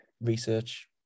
research